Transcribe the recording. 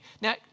Now